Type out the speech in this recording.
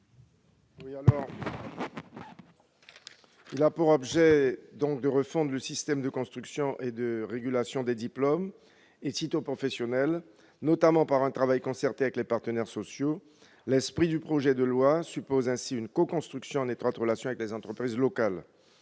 chapitre entend refondre le système de construction et de régulation des diplômes et titres professionnels, notamment par un travail concerté avec les partenaires sociaux. L'esprit du projet de loi suppose ainsi une coconstruction en étroite relation avec les entreprises locales.